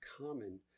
common